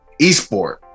eSport